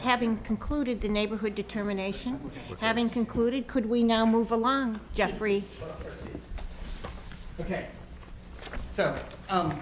having concluded the neighborhood determination of having concluded could we now move along jeffrey ok so